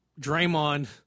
Draymond